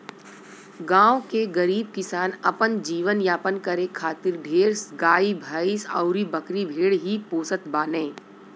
गांव के गरीब किसान अपन जीवन यापन करे खातिर ढेर गाई भैस अउरी बकरी भेड़ ही पोसत बाने